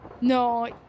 No